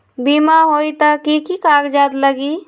बिमा होई त कि की कागज़ात लगी?